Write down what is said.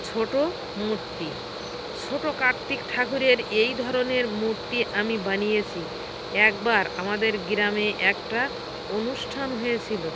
ছোটো মূর্তি ছোটো কার্তিক ঠাকুরের এই ধরনের মূর্তি আমি বানিয়েছি একবার আমাদের গ্রামে একটা অনুষ্ঠান হয়েছিলো